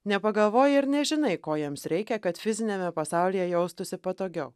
nepagalvoji ir nežinai ko jiems reikia kad fiziniame pasaulyje jaustųsi patogiau